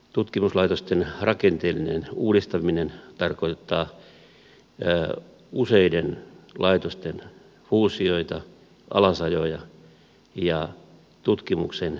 tutkimuslaitosten rakenteellinen uudistaminen tarkoittaa useiden laitosten fuusioita alasajoja ja tutkimuksen keskittämistä